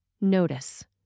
Notice